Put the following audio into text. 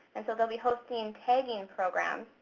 and so they'll be hosting tagging programs,